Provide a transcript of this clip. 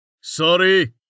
Sorry